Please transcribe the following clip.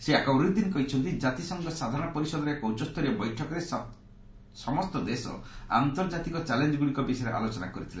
ଶ୍ରୀ ଆକବର ଉଦ୍ଦିନ କହିଛନ୍ତି ଜାତିସଂଘ ସାଧାରଣ ପରିଷଦର ଏକ ଉଚ୍ଚସ୍ତରୀୟ ବୈଠକରେ ସମସ୍ତ ଦେଶ ଆନ୍ତର୍କାତିକ ଚାଲେଞ୍ଜଗ୍ରଡ଼ିକ ବିଷୟରେ ଆଲୋଚନା କରିଥିଲେ